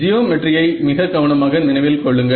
ஜியோமெட்ரியை மிக கவனமாக நினைவில் கொள்ளுங்கள்